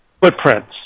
footprints